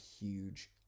huge